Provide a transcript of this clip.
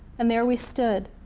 and there, we stood,